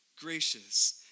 gracious